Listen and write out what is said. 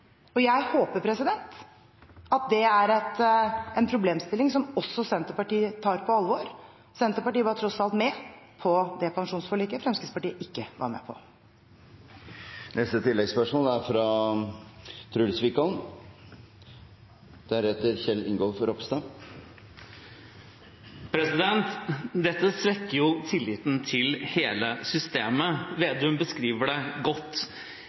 og jeg håper at det er en problemstilling som også Senterpartiet tar på alvor – Senterpartiet var tross alt med på det pensjonsforliket Fremskrittspartiet ikke var med på. Truls Wickholm – til oppfølgingsspørsmål. Dette svekker tilliten til hele systemet, og Slagsvold Vedum beskriver det godt.